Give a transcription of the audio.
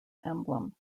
emblem